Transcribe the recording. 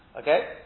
Okay